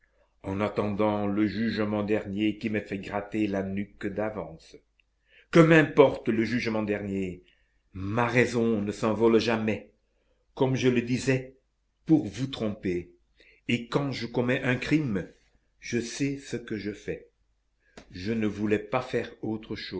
en attendant le jugement dernier qui me fait gratter la nuque d'avance que m'importe le jugement dernier ma raison ne s'envole jamais comme je le disais pour vous tromper et quand je commets un crime je sais ce que je fais je ne voulais pas faire autre chose